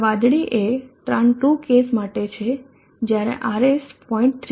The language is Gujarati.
હવે વાદળી એ Tran 2 કેસ માટે છે જ્યારે RS 0